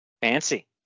fancy